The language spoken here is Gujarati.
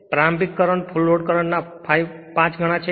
પ્રારંભિક કરંટ ફુલ લોડ કરંટ ના 5 ગણા છે